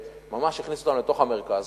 שממש הכניס אותם לתוך המרכז,